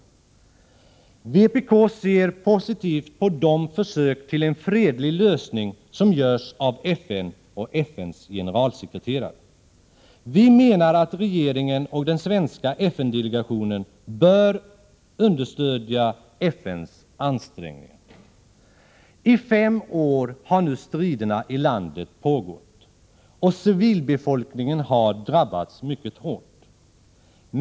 Vpk ser positivt på de försök till en fredlig lösning som görs av FN och FN:s generalsekreterare. Vi menar att regeringen och den svenska FN-delegationen bör understödja FN:s ansträngningar. I fem år har nu striderna i landet pågått, och civilbefolkningen har drabbats mycket hårt.